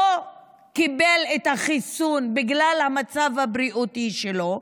הוא לא קיבל את החיסון בגלל המצב הבריאותי שלו,